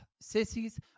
Sissies